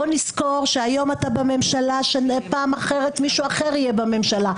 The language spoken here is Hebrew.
בוא נזכור שהיום אתה בממשלה ופעם אחרת מישהו אחר יהיה בממשלה.